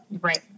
right